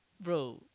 Bro